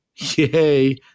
Yay